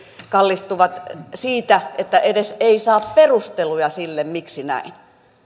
kallistuvat siitä että ei edes saa perusteluja sille miksi on näin